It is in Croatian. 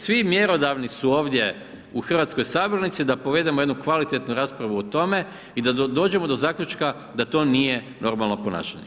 Svi mjerodavni su ovdje u hrvatskoj sabornici da povedemo jednu kvalitetnu raspravu o tome i da dođemo do zaključka da to nije normalno ponašanje.